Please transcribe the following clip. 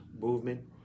Movement